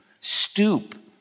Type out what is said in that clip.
Stoop